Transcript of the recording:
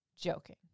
joking